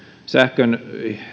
sähkön